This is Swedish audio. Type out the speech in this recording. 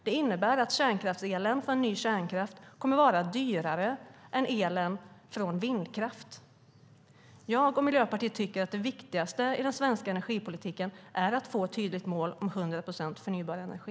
Det innebär att kärnkraftselen från ny kärnkraft kommer att vara dyrare än elen från vindkraft. Jag och Miljöpartiet tycker att det viktigaste i den svenska energipolitiken är att få ett tydligt mål om 100 procent förnybar energi.